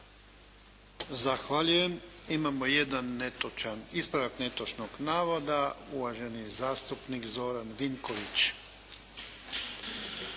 Zahvaljujem. Imamo jedan netočan, ispravak netočnog navoda. Uvaženi zastupnik Zoran Vinković.